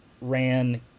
ran